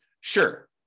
Sure